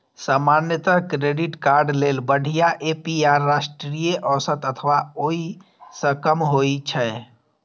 सामान्यतः credit card लेल बढ़िया ए.पी.आर राष्ट्रीय औसत अथवा ओइ सं कम होइ छै